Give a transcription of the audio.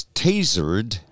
tasered